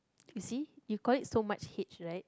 you see you call it so much H right